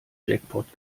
jackpot